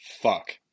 Fuck